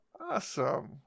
Awesome